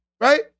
right